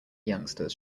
youngsters